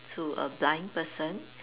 to a blind person